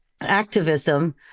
activism